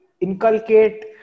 inculcate